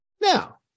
Now